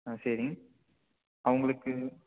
ஆ சரி அவங்களுக்கு